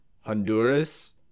Honduras